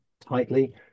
tightly